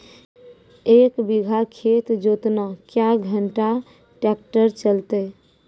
एक बीघा खेत जोतना क्या घंटा ट्रैक्टर चलते?